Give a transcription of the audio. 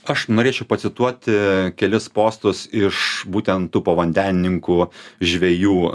aš norėčiau pacituoti kelis postus iš būtent tų povandenininkų žvejų